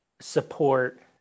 support